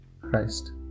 Christ